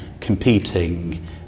competing